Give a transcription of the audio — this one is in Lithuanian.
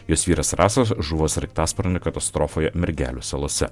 jos vyras rasas žuvo sraigtasparnio katastrofoje mergelių salose